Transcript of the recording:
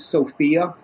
Sophia